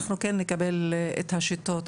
אנחנו כן נקבל את השיטות,